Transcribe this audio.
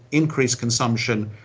increased consumption,